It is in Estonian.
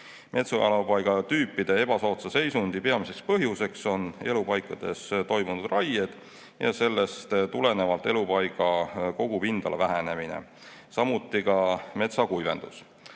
Metsaelupaigatüüpide ebasoodsa seisundi peamiseks põhjuseks on elupaikades toimuvad raied ja sellest tulenevalt elupaiga kogupindala vähenemine, samuti metsakuivendus.